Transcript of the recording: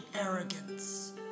arrogance